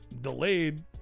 delayed